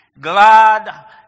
glad